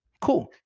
Cool